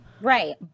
right